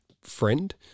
friend